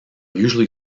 usually